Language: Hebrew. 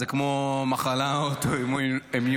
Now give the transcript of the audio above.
זה כמו מחלה אוטואימונית.